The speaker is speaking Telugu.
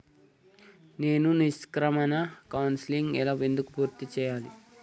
నేను నిష్క్రమణ కౌన్సెలింగ్ ఎలా ఎందుకు పూర్తి చేయాలి?